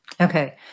Okay